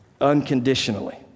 unconditionally